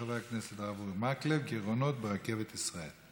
של חבר הכנסת הרב אורי מקלב: גירעונות ברכבת ישראל.